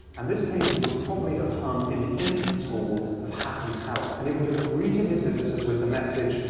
and this painting would probably have hung in the entrance hall of hatton's house, and it would have greeted his visitors with the message,